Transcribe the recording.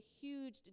huge